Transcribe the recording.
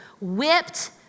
whipped